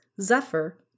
Zephyr